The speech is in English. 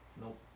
Nope